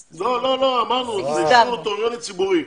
לא, לא, לא , אמרנו, זה אישור נוטריוני ציבורי.